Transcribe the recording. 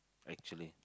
actually